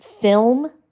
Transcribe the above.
film